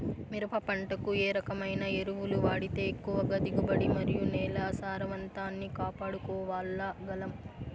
మిరప పంట కు ఏ రకమైన ఎరువులు వాడితే ఎక్కువగా దిగుబడి మరియు నేల సారవంతాన్ని కాపాడుకోవాల్ల గలం?